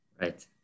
Right